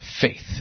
faith